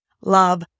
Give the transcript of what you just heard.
love